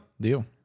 Deal